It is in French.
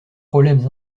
problèmes